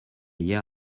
year